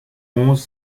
onze